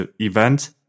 event